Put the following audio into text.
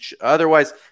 otherwise